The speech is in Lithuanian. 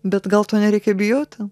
bet gal to nereikia bijoti